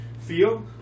feel